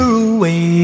away